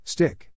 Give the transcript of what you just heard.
Stick